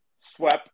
Swept